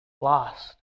lost